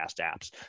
apps